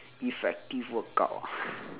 effective workout ah